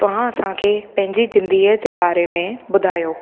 तव्हां असांखे पंहिंजे ज़िंदगीअ जे बारे में ॿुधायो